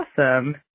awesome